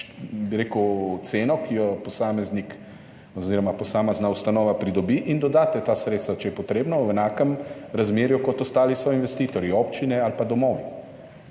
bi rekel, ceno, ki jo posameznik oziroma posamezna ustanova pridobi, in dodate ta sredstva, če je potrebno, v enakem razmerju kot ostali soinvestitorji, občine ali pa domovi.